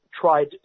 tried